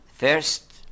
First